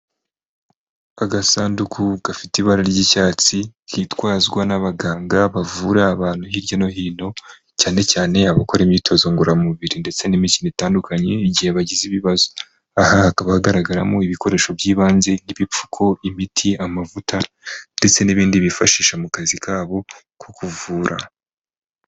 Agasanduku gafite ibara ry'icyatsi kitwazwa n'abaganga bavura abantu hirya no hino cyane cyane abakora imyitozo ngororamubiri ndetse n'imikino itandukanye igihe bagize ibibazo. Aha hakaba hagaragaramo ibikoresho by'ibanze, ibipfuko, imiti, amavuta ndetse n'ibindi bifashisha mu kazi kabo ko kuvura.